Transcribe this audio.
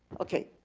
okay,